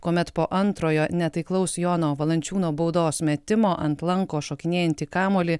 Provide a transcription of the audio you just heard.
kuomet po antrojo netaiklaus jono valančiūno baudos metimo ant lanko šokinėjantį kamuolį